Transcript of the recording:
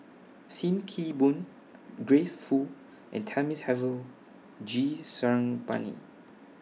SIM Kee Boon Grace Fu and Thamizhavel G Sarangapani